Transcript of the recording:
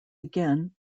again